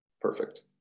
perfect